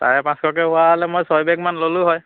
চাৰে পাঁচশকৈ হোৱা হ'লে মই ছয় বেগমান ল'লোঁ হয়